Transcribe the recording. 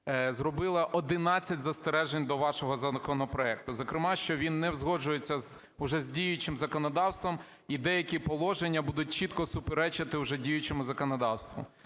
зробило 11 застережень до вашого законопроекту, зокрема що він не узгоджується вже з діючим законодавством і деякі положення будуть чітко суперечити вже діючому законодавству.